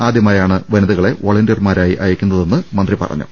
ആദ്യമായാണ് വനിതകളെ വളണ്ടിയർമാ രായി അയക്കുന്നതെന്നും മന്ത്രി പറഞ്ഞു